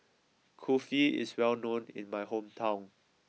Kulfi is well known in my hometown